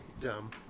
Dumb